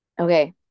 okay